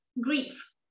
grief